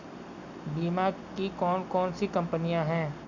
बीमा की कौन कौन सी कंपनियाँ हैं?